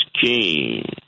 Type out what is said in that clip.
King